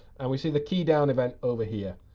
and we see the keydown event over here.